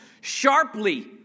sharply